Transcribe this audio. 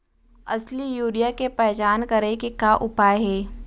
असली यूरिया के पहचान करे के का उपाय हे?